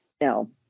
no